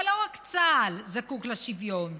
אבל לא רק צה"ל זקוק לשוויון.